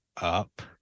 up